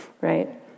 right